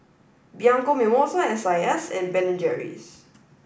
Bianco Mimosa S I S and Ben and Jerry's